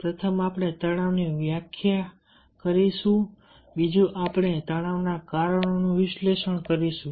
પ્રથમ આપણે તણાવ ની વ્યાખ્યા કરીશું બીજું આપણે તણાવ ના કારણોનું વિશ્લેષણ કરીશું